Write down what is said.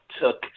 took